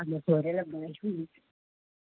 अनि त छोरेर भए पो हुन्छ